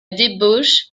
débauche